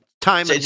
time